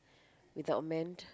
without men